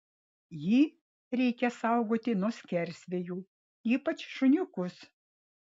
jį reikia saugoti nuo skersvėjų ypač šuniukus